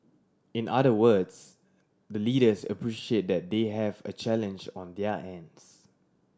in other words the leaders appreciate that they have a challenge on their ends